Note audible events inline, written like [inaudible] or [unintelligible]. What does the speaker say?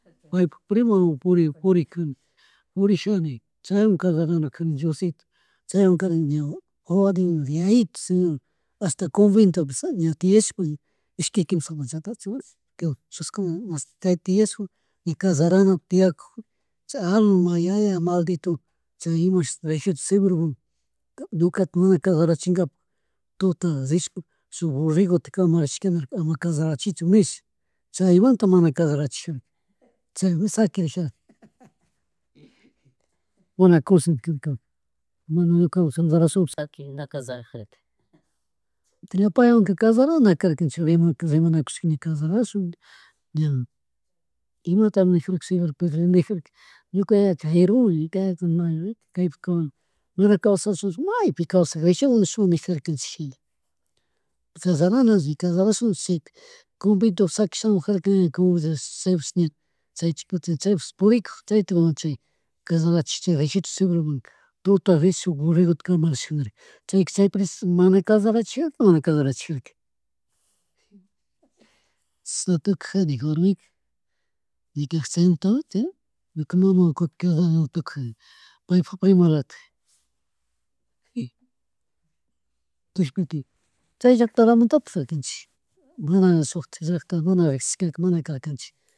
Paypuk primawan puri purija purijani chaywan kallaranajani Diosito chaywankari wawa de mi vida yayito señor ashta conventopi ña tiyashpa ishki kimshata [unintelligible] chayta yuyarishpa kallarana tiyakug chay alma yaya maldito chaya imashutik seguro ñukata mana kallarachigapak tuta rishpa shuk borregota kamarishka nirka ama callarachichu nish chaymanta mana callarachijuna chaypi shakirijarka. [laughs] Mana kunsendirkaka mana kushanda [unintelligible] [noise] paywanka kasharana karkanchik rimana rimanakushka ña callarashun ña imatami nijarka señor padre nijukar [unintelligible] nijarka ñuka yayaka jirumi ñuka yayakun kaypak mana kawsha maypi kawsarinchukmu nishun nijarkanchik, callarana, callarashunchik chayta [noise] convento shakishamujarkani chaypushi ña chay purikug chaytak callarachikla registro civilmanka, tuta rish shuk borregota kamarishanikakuna chayka chaypresha mana kallarachi, mana callarachijarka chishan tukujani warmiku y ñuka chayshna chaymuntamanta ña, ñuka mamawan kutin callaranata tukurkani [noise] paypuk paypun primalatik. Y derepente chay llacktalamantatik shakunchik mana shukti llacta mana rishikarka mana karkanchik